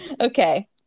Okay